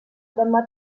demà